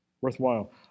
worthwhile